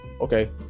okay